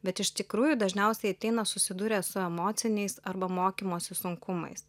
bet iš tikrųjų dažniausiai ateina susidūrę su emociniais arba mokymosi sunkumais